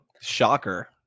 Shocker